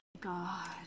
God